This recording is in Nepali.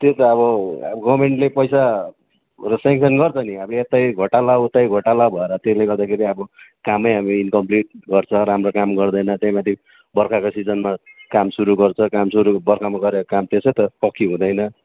त्यही त अब गभर्मेन्टले पैसा सेङ्सन गर्छ नि अब यतै घोटाला उतै घोटाला भएर त्यसले गर्दाखरि अब कामै अब इनकम्प्लिट गर्छ राम्रो काम गर्दैन त्यहीमाथि बर्खाको सिजनमा काम सुरु गर्छ काम सुरु बर्खामा गरेको काम त्यसै त पक्की हुँदैन